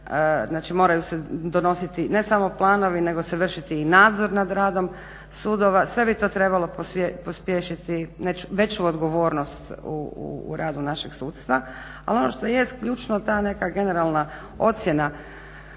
se, moraju se donositi planovi nego se vršiti i nadzor nad radom sudova. Sve bi to trebalo pospješiti veću odgovornost u radu našeg sudstva. Ali ono jest ključno ta neka generalna ocjena